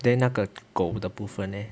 then 那个狗的部分 leh